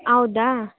ಹೌದಾ